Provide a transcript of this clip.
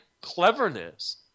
cleverness